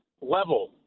level